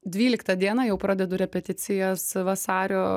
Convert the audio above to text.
dvyliktą dieną jau pradedu repeticijas vasario